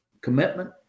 commitment